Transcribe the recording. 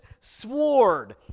sword